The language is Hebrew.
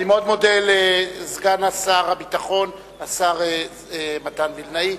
אני מאוד מודה לסגן שר הביטחון חבר הכנסת מתן וילנאי.